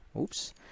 oops